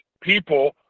people –